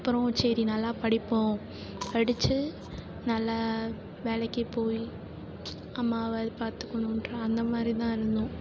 அப்புறம் சரி நல்லா படிப்போம் படித்து நல்ல வேலைக்குப் போய் அம்மாவை பார்த்துக்கணுன்ற அந்த மாதிரி தான் இருந்தோம்